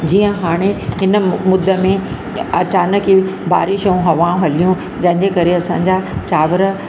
जीअं हाणे हिन मु मुद में अचानकि ई बारिश उहो हवाऊं हलियूं जंहिंजे करे असांजा चावरु